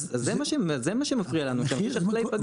אז זה מה שהמפריע לנו, שהמשק לא ייפגע.